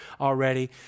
already